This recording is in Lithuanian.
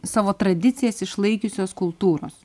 savo tradicijas išlaikiusios kultūros